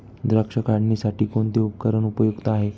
द्राक्ष काढणीसाठी कोणते उपकरण उपयुक्त आहे?